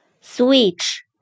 switch